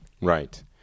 Right